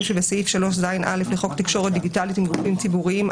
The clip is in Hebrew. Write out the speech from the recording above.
שבסעיף 3ז(א) לחוק תקשורת דיגיטלית עם גופים ציבוריים,